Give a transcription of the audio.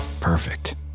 perfect